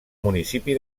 municipi